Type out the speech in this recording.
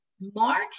Mark